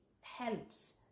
helps